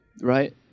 right